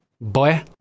boy